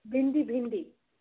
भिंडी भिंडी